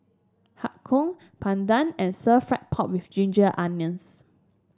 Har Kow bandung and Stir Fried Pork with Ginger Onions